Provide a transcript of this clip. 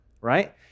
right